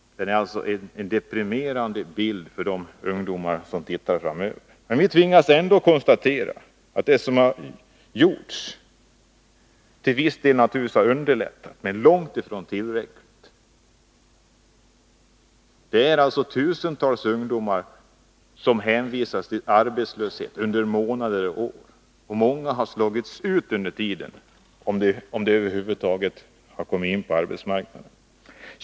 Det är alltså en deprimerande bild av framtiden för de ungdomar som ser framåt. Vi tvingas ändå konstatera att det som har gjorts naturligtvis till viss del har underlättat dessa ungdomars situation, men långt ifrån tillräckligt. Det är alltså tusentals ungdomar som hänvisas till arbetslöshet under månader och år, och många har slagits ut under tiden, om de över huvud taget har kommit in på arbetsmarknaden.